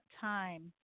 time